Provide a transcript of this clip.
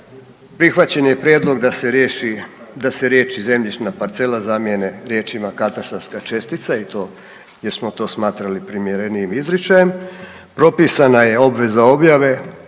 da se riješi, da se riječi zemljišna parcela zamjene riječima katastarska čestica i to jer smo to smatrali primjerenijim izričajem, propisana je obveza objave